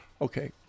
Okay